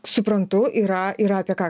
suprantu yra yra apie ką